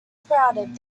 sprouted